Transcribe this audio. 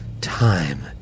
time